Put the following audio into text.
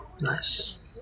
Nice